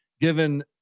given